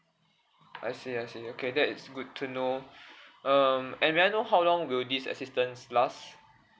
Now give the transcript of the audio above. I see I see okay that is good to know um and may I know how long will this assistance last